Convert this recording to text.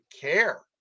care